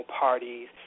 parties